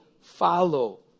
follow